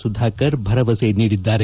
ಸುಧಾಕರ್ ಭರವಸೆ ನೀಡಿದ್ದಾರೆ